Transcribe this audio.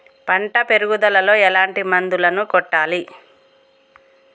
పంట పెరుగుదలలో ఎట్లాంటి మందులను కొట్టాలి?